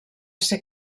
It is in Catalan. ser